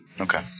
Okay